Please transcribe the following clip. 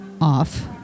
off